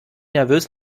nervös